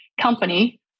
company